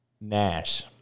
Nash